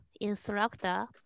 instructor